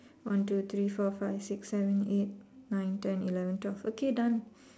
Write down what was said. one two three four five six seven eight nine ten eleven twelve okay done